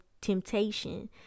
temptation